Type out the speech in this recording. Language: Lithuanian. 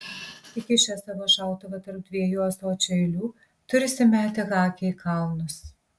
įkišęs savo šautuvą tarp dviejų ąsočių eilių turisi metė akį į kalnus